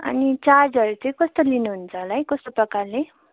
अनि चार्जहरू चाहिँ कस्तो लिनुहुन्छ होला है कस्तो प्रकारले